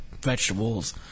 vegetables